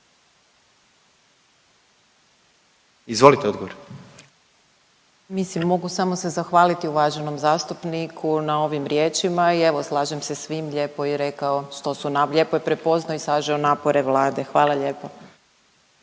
Lugarić, Tereza** Mislim mogu samo se zahvaliti uvaženom zastupniku na ovim riječima i evo slažem se s njim, lijepo je rekao što su, lijepo je prepoznao i sažeo napore Vlade. Hvala lijepa.